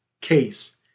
case